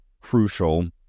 crucial